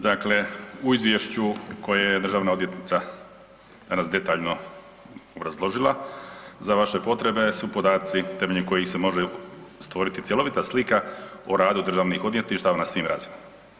Dakle, u izvješću koje je državna odvjetnica danas detaljno obrazložila za vaše potrebe su podaci temeljem kojih se može stvoriti cjelovita slika o radu državnih odvjetništava na svim razinama.